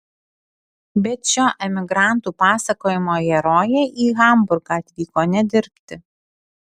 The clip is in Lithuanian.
bet šio emigrantų pasakojimo herojė į hamburgą atvyko ne dirbti